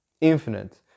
Infinite